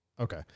Okay